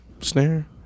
snare